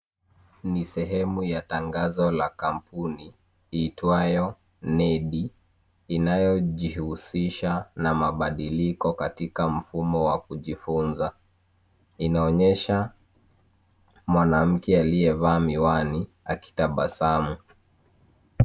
Ni sehemu ya tangazo la kampuni, inayo jihusisha na mabadiliko katika mfumo wa kujifunza. Inaonyesha mwanamke aliyevaa miwani akitabasamu.